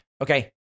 okay